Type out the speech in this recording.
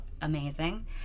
amazing